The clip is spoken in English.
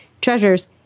treasures